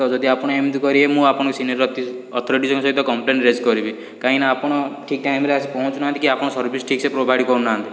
ତ ଯଦି ଆପଣ ଏମିତି କରିବେ ମୁଁ ଆପଣଙ୍କ ସିନିଅର୍ ଅତି ଅଥୋରିଟିଜ୍ଙ୍କୁ ସହିତ କମ୍ପଲେନ୍ ରେଜ୍ କରିବି କାଇଁକି ନା ଆପଣ ଠିକ୍ ଟାଇମରେ ଆସି ପହଞ୍ଚୁନାହାନ୍ତି କି ଆପଣ ସର୍ଭିସ୍ ଠିକ୍ ସେ ପ୍ରୋଭାଇଡ଼୍ କରୁନାହାନ୍ତି